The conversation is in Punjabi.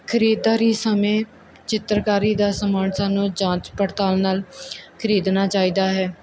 ਖਰੀਦਾਰੀ ਸਮੇਂ ਚਿੱਤਰਕਾਰੀ ਦਾ ਸਮਾਨ ਸਾਨੂੰ ਜਾਂਚ ਪੜਤਾਲ ਨਾਲ ਖਰੀਦਣਾ ਚਾਹੀਦਾ ਹੈ